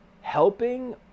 helping